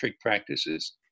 practices